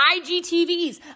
IGTVs